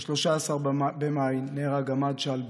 ב-13 במאי נהרג עמאד שלבי,